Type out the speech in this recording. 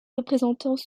représentants